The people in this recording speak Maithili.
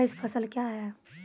कैश फसल क्या हैं?